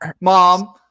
Mom